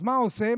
אז מה הוא עושה?